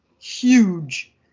Huge